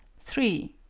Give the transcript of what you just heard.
three.